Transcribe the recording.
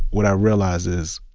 what i realize is,